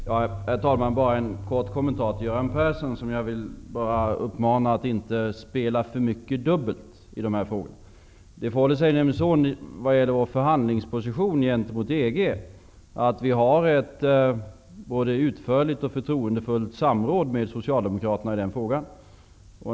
Herr talman! En kort kommentar till Göran Persson som jag vill uppmana att i dessa frågor inte spela för mycket dubbelt. I vad gäller vår förhandlingsposition gentemot EG förhåller det sig nämligen så att vi har både ett utförligt och ett förtroendefullt samråd med Socialdemokraterna i den här frågan.